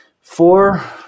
Four